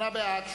שמונה בעד,